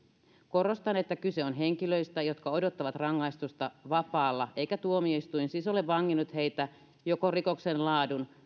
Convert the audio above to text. korostan että kyse on henkilöistä jotka odottavat rangaistusta vapaalla eikä tuomioistuin siis ole vanginnut heitä joko rikoksen laadun